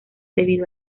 debido